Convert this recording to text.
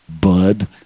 bud